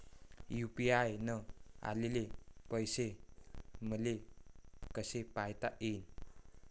UPI न आलेले पैसे मले कसे पायता येईन?